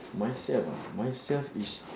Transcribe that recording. myself myself is